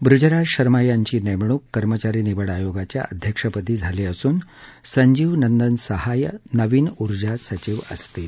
बृज राज शर्मा यांची नेमणूक कर्मचारी निवड आयोगाच्या अध्यक्षपदी झाली असून संजीव नंदन सहाय नवीन ऊर्जा सचिव असतील